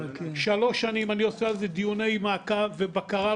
שלוש שנים אני עושה על זה דיוני מעקב ובקרה,